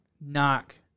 knock